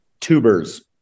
Tubers